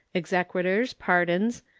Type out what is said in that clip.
exequaturs, pardons,